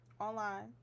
online